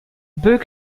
book